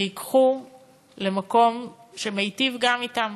שייקחו למקום שמיטיב גם אתם,